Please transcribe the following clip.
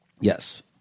Yes